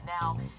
now